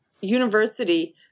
university